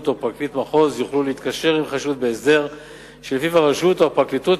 או פרקליט מחוז יוכלו להתקשר עם חשוד בהסדר שלפיו הרשות או הפרקליטות